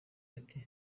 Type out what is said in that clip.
ati